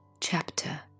chapter